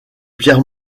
pierre